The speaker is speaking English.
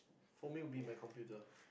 for me will be my computer